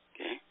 Okay